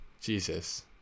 Jesus